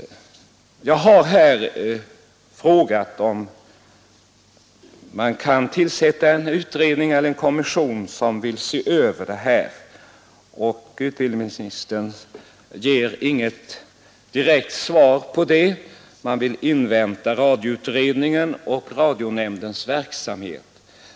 Jag har här frågat om man kan tillsätta en utredning eller en kommission för att se över detta. Utbildningsministern ger inget direkt svar — man vill invänta radioutredningen och erfarenheterna från radionämndens verksamhet.